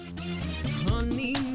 Honey